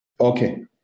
Okay